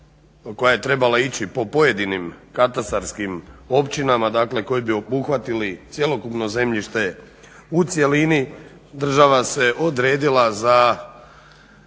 koja je trebala ići po pojedinim katastarskim općinama koji bi obuhvatili cjelokupno zemljište u cjelini država se odredila za.